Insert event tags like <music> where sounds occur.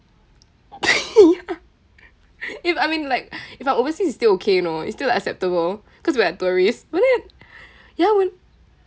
<laughs> ya if I mean like if I'm overseas it's still okay you know it's still acceptable cause we are tourists but then ya when